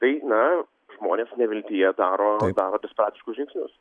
tai na žmonės neviltyje daro daro desperatiškus žingsnius